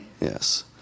yes